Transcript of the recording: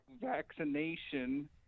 vaccination